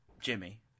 Jimmy